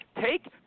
take